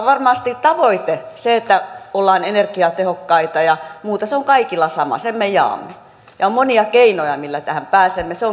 varmasti tavoite eli se että ollaan energiatehokkaita ja muuta on kaikilla sama sen me jaamme ja on monia keinoja joilla tähän pääsemme se on kilpailuvaltti